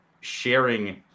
sharing